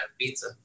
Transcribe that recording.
pizza